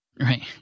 Right